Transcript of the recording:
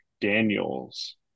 Daniels